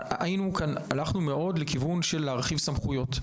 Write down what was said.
הלכנו מאוד לכיוון של הרחבת סמכויות,